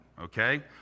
okay